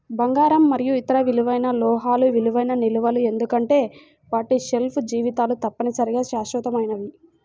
బంగారం మరియు ఇతర విలువైన లోహాలు విలువైన నిల్వలు ఎందుకంటే వాటి షెల్ఫ్ జీవితాలు తప్పనిసరిగా శాశ్వతమైనవి